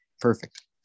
Perfect